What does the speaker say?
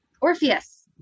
Orpheus